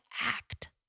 act